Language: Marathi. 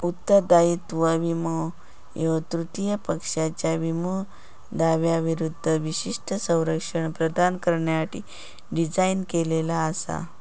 उत्तरदायित्व विमो ह्यो तृतीय पक्षाच्यो विमो दाव्यांविरूद्ध विशिष्ट संरक्षण प्रदान करण्यासाठी डिझाइन केलेला असा